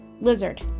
Lizard